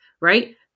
right